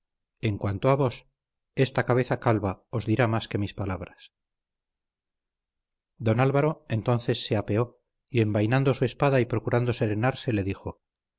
en cuanto a vos esta cabeza calva os dirá más que mis palabras don álvaro entonces se apeó y envainando su espada y procurando serenarse le dijo